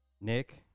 Nick